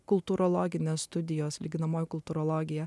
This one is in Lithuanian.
kultūrologinės studijos lyginamoji kultūrologija